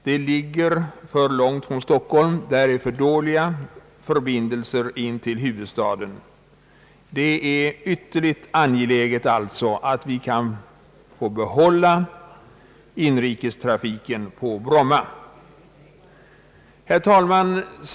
Det ligger för långt från Stockholm. Förbindelserna in till huvudstaden är för dåliga. Det är alltså ytterligt angeläget att vi kan få behålla inrikestrafiken på Bromma. Herr talman!